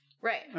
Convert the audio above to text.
Right